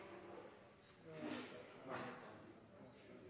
det er